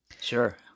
Sure